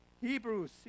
Hebrews